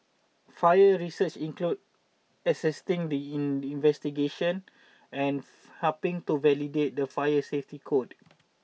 fire research includes assisting in investigation and helping to validate the fire safety code